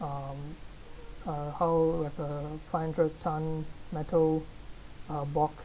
um how like a five hundred ton metal uh box